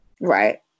Right